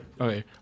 Okay